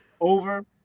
over